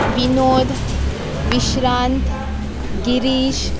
Vinod Vishrant Girish